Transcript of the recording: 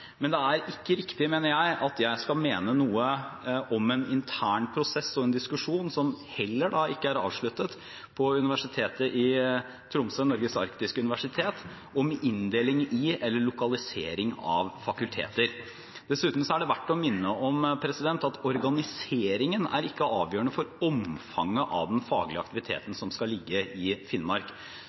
Men det er ikke riktig, mener jeg, at jeg skal mene noe om en intern prosess og en diskusjon, som heller ikke er avsluttet på Universitet i Tromsø – Norges arktiske universitet, om inndeling i eller lokalisering av fakulteter. Dessuten er det verdt å minne om at organiseringen ikke er avgjørende for omfanget av den faglige aktiviteten som skal ligge i Finnmark.